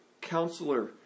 Counselor